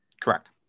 Correct